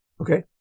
Okay